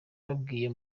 babwiye